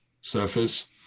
surface